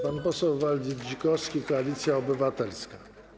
Pan poseł Waldy Dzikowski, Koalicja Obywatelska.